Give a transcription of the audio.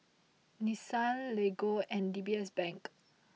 Nissan Lego and D B S Bank